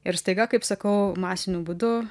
ir staiga kaip sakau masiniu būdu